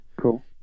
cool